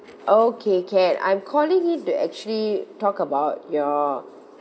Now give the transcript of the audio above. okay can I'm calling in to actually talk about your